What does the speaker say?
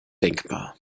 denkbar